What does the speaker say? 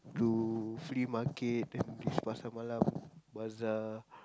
to flea market and these Pasar Malam bazaar